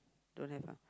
don't have ah